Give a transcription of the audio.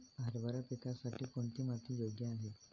हरभरा पिकासाठी कोणती माती योग्य आहे?